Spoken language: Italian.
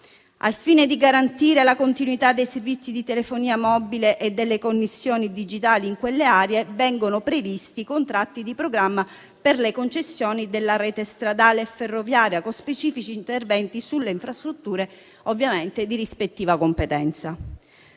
Al fine di garantire la continuità dei servizi di telefonia mobile e delle connessioni digitali in quelle aree, vengono previsti i contratti di programma per le concessioni della rete stradale e ferroviaria, con specifici interventi sulle infrastrutture, ovviamente, di rispettiva competenza.